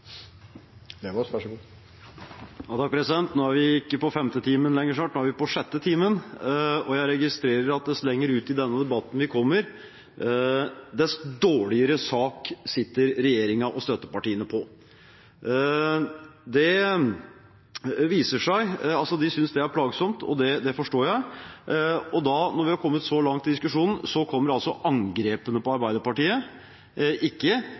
vi på sjette timen, og jeg registrerer at dess lenger ut i denne debatten vi kommer, dess dårligere sak sitter regjeringen og støttepartiene på. De synes det er plagsomt, og det forstår jeg. Når vi er kommet så langt i diskusjonen, kommer altså angrepene på Arbeiderpartiet – ikke